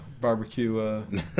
barbecue